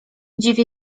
dziwię